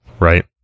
right